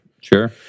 Sure